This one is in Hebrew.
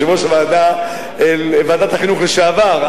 יושב-ראש ועדת החינוך לשעבר,